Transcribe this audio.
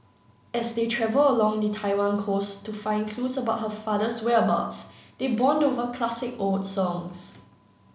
as they travel along the Taiwan coast to find clues about her father's whereabouts they bond over classic old songs